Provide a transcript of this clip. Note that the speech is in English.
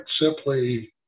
simply